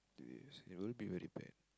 is it will be very bad